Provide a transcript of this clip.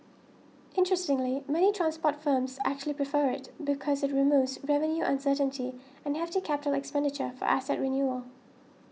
interestingly many transport firms actually prefer it because it removes revenue uncertainty and hefty capital expenditure for asset renewal